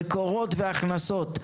מקורות והכנסות.